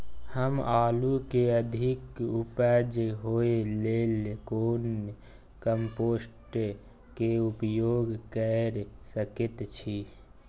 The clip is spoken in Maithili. हम आलू के अधिक उपज होय लेल कोन कम्पोस्ट के उपयोग कैर सकेत छी?